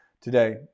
today